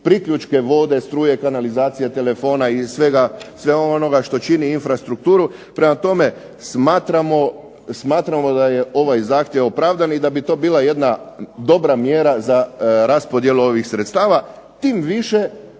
priključke vode, struje, kanalizacije, telefona i svega onoga što čini infrastrukturu. Prema tome smatramo da je ovaj zahtjev opravdan i da bi to bila jedna dobra mjera za raspodjelu ovih sredstava tim više